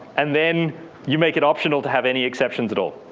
and then you make it optional to have any exceptions at all.